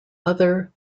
other